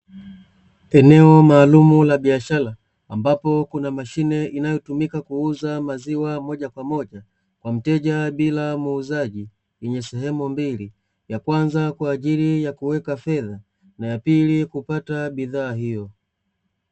Eneo maalumu la biashara ambapo kuna mashine inayotumika kuuza maziwa moja kwa moja kwa mteja bila muuzaji, yenye sehemu mbili: ya kwanza kwa ajil ya kuweka fesha na ya pili kupata bidhaa hiyo.